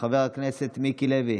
חבר הכנסת מיקי לוי,